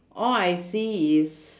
all I see is